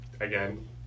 again